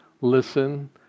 listen